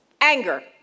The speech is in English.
anger